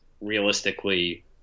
realistically